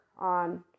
on